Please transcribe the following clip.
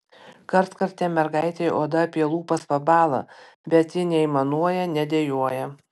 kartkartėm mergaitei oda apie lūpas pabąla bet ji neaimanuoja nedejuoja